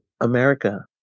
America